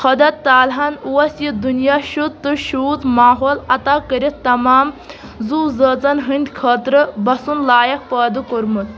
خۄدا تعالۍٰ ہن اوس یہِ دُنیا شُد تہٕ شوٗژ ماحول عطا کٔرِتھ تمام زُو زٲژن ہٕنٛدۍ خٲطرٕ بَسُن لایق پٲدٕ کوٚرمُت